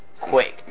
quick